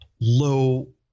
low